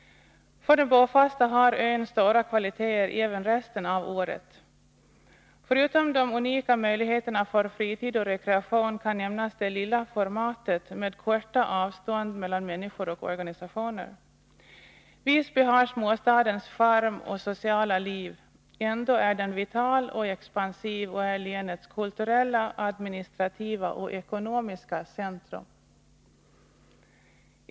För de bofasta har ön stora kvaliteter även resten av året. Förutom de unika möjligheterna när det gäller fritid och rekreation kan nämnas det lilla formatet med korta avstånd mellan människor och organisationer. Visby har småstadens charm och sociala liv. Ändå är den vital och expansiv och är länets kulturella, administrativa och ekonomiska centrum.